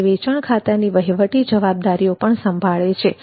તે વેચાણ ખાતાની વહીવટી જવાબદારીઓ પણ સંભાળે છે